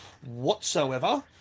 Whatsoever